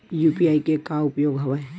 UPI के का उपयोग हवय?